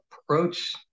approach